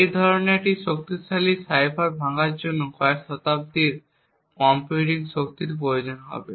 এই ধরনের একটি শক্তিশালী সাইফার ভাঙ্গার জন্য কয়েক শতাব্দীর কম্পিউটিং শক্তির প্রয়োজন হবে